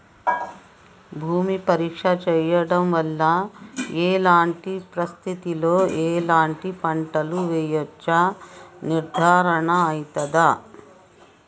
భూమి పరీక్ష చేయించడం వల్ల ఎలాంటి పరిస్థితిలో ఎలాంటి పంటలు వేయచ్చో నిర్ధారణ అయితదా?